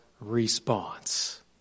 response